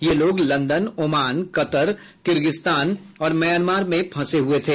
ये लोग London Oman Qatar Kyrgyzstan और म्यामार में फंसे हुए थे